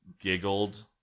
giggled